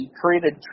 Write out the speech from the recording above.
created